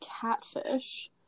catfish